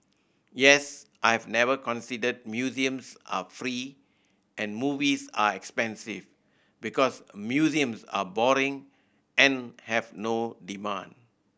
yes I have never considered museums are free and movies are expensive because museums are boring and have no demand